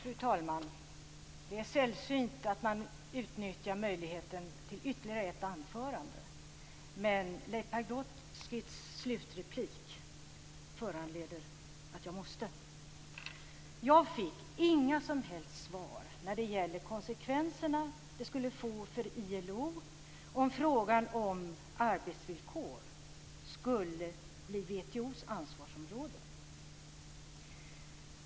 Fru talman! Det är sällsynt att man utnyttjar möjligheten till ytterligare ett anförande, men Leif Pagrotskys slutreplik föranleder att jag måste. Jag fick inga som helst svar när det gäller vilka konsekvenser det skulle få för ILO om frågan om arbetsvillkor skulle bli WTO:s ansvarsområde.